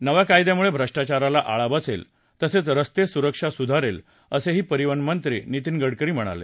नव्या कायद्यामुळे भ्रष्टाचाराला आळा बसेल तसंच रस्ते सुरक्षा सुधारेल असंही परिवहन मंत्री नीतीन गडकरी म्हणाले